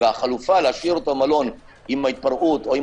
החלופה להשאיר במלון עם התפרעות, וגם